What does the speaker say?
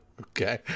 Okay